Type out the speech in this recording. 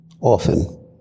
often